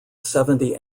seventy